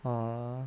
err